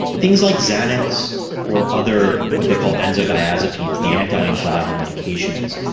things like xanax or other what they call benzodiazepines, the anti-anxiety medications,